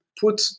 put